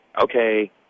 okay